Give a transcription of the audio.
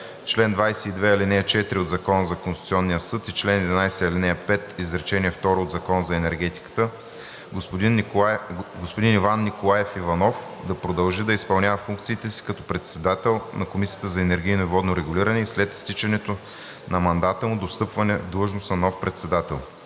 чл. 22, ал. 4 от Закона за Конституционния съд и чл. 11, ал. 5, изречение второ от Закона за енергетиката господин Иван Николаев Иванов да продължи да изпълнява функциите си като председател на Комисията за енергийно и водно регулиране и след изтичането на мандата му до встъпване в длъжност на нов председател.